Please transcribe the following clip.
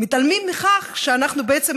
מתעלמים מכך שבעצם אנחנו,